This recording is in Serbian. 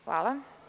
Hvala.